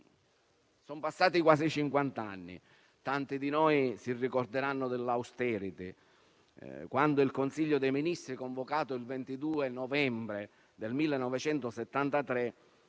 sono passati quasi cinquanta anni, ma tanti di noi si ricorderanno dell'*austerity*, quando il Consiglio dei ministri, convocato il 22 novembre 1973,